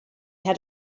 had